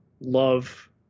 love